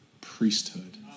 priesthood